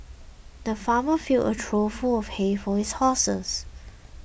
the farmer filled a trough full of hay for his horses